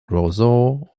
roseau